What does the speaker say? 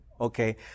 okay